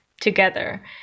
together